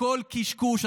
הכול קשקוש.